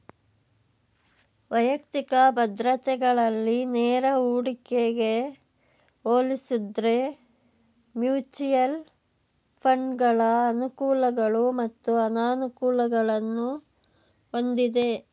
ವೈಯಕ್ತಿಕ ಭದ್ರತೆಗಳಲ್ಲಿ ನೇರ ಹೂಡಿಕೆಗೆ ಹೋಲಿಸುದ್ರೆ ಮ್ಯೂಚುಯಲ್ ಫಂಡ್ಗಳ ಅನುಕೂಲಗಳು ಮತ್ತು ಅನಾನುಕೂಲಗಳನ್ನು ಹೊಂದಿದೆ